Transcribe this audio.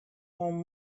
home